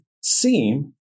seem